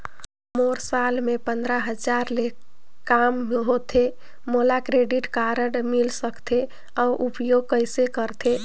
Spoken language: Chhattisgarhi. मोर साल मे पंद्रह हजार ले काम होथे मोला क्रेडिट कारड मिल सकथे? अउ उपयोग कइसे करथे?